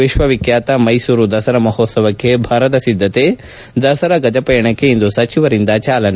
ವಿಶ್ವವಿಖ್ಯಾತ ಮೈಸೂರು ದಸರಾ ಮಹೋತ್ವವಕ್ಕೆ ಭರದ ಸಿದ್ದತೆ ದಸರಾ ಗಜಪಯಣಕ್ಕೆ ಇಂದು ಸಚಿವರಿಂದ ಚಾಲನೆ